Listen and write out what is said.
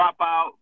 Dropout